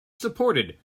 supported